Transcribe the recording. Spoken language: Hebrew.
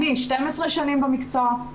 אני 12 שנים במקצוע.